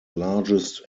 largest